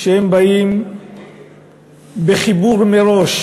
שהם באים בחיבור מראש